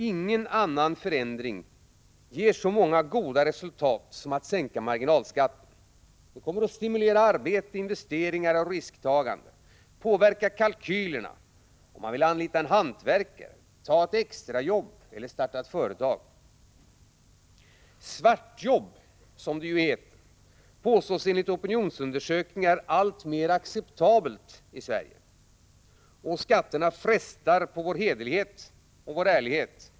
Ingen annan förändring ger så goda resultat som att sänka marginalskatten. Det stimulerar arbete, investeringar och risktagande. Det påverkar kalkylerna för den som tänker anlita en hantverkare, ta ett extrajobb eller starta ett eget företag. ”Svartjobb” påstås enligt opinionsundersökningar alltmer acceptabelt i Sverige. Och skatterna frestar på vår hederlighet och vår ärlighet.